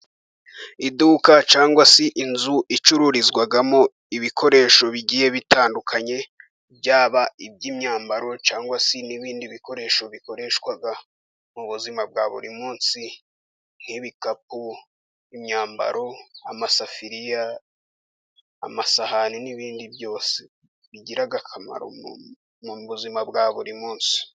iduka cyangwa se inzu icururizwamo ibikoresho bigiye bitandukanye, byaba iby'imyambaro cyangwa se n'ibindi bikoresho bikoreshwa mu buzima bwa buri munsi nk'ibikapu, imyambaro, amasafuriya, amasahani, n'ibindi byose bigira akamaro mu buzima bwa buri munsi.